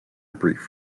brief